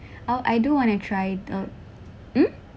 oh I do want to try the mm